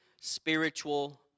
spiritual